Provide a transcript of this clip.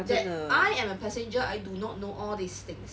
that I am a passenger I do not know all these things